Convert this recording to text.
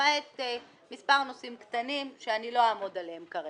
למעט מספר נושאים קטנים שאני לא אעמוד עליהם כרגע.